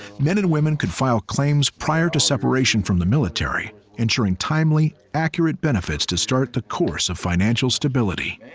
men and women could file claims prior to separation from the military ensuring timely, accurate benefits to start the course of financial stability.